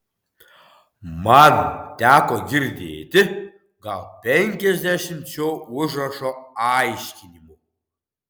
man teko girdėti gal penkiasdešimt šio užrašo aiškinimų